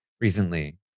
recently